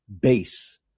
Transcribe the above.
base